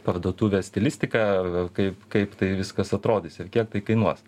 parduotuvės stilistiką kaip kaip tai viskas atrodys ir kiek tai kainuos